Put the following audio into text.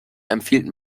empfiehlt